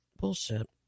bullshit